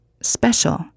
special